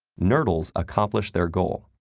nurdles accomplish their goal,